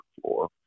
floor